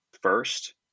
first